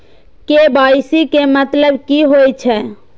KYC के मतलब की होई छै?